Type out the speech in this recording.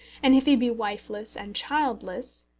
and if he be wifeless and childless,